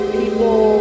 people